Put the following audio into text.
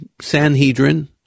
Sanhedrin